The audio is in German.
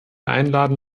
einladen